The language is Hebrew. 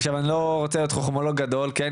עכשיו אני לא רוצה להיות חכמולוג גדול, כן?